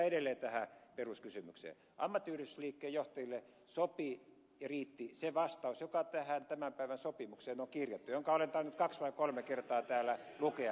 ammattiyhdistysliikkeen johtajille sopi ja riitti se vastaus joka tähän tämän päivän sopimukseen on kirjattu ja jonka olen tainnut kaksi tai kolme kertaa täällä lukea